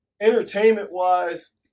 Entertainment-wise